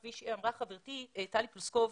כפי שאמרה חברתי טלי פלוסקוב,